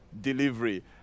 delivery